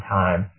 time